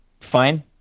fine